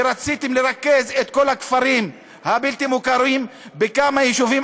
שרציתם לרכז את כל הכפרים הבלתי-מוכרים בכמה יישובים,